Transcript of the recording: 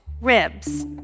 ribs